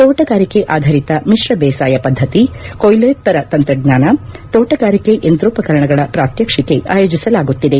ತೋಟಗಾರಿಕೆ ಆಧರಿತ ಮಿಶ್ರ ಬೇಸಾಯ ಪದ್ದತಿ ಕೊಯ್ಲೋತ್ತರ ತಂತ್ರಜ್ಞಾನ ತೋಟಗಾರಿಕೆ ಯಂತ್ರೋಪಕರಣಗಳ ಪ್ರಾತ್ಯಕ್ಷಿಕೆ ಆಯೋಜಿಸಲಾಗುತ್ತಿದೆ